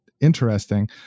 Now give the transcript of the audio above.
interesting